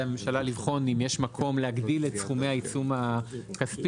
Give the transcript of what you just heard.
הממשלה לבחון אם יש מקום להגדיל את סכומי העיצום הכספי.